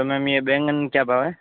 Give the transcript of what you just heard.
तो मेम ये बैगन क्या भाव है